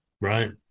Right